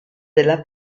della